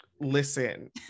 listen